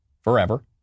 forever